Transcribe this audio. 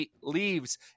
leaves